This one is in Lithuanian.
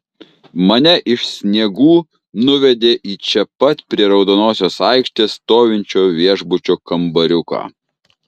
mane iš sniegų nuvedė į čia pat prie raudonosios aikštės stovinčio viešbučio kambariuką